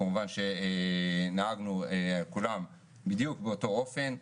נהגנו בכולם בדיוק באותו אופן.